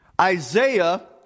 Isaiah